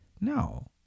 No